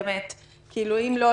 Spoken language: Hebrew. כי אם לא,